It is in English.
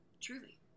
Truly